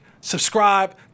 subscribe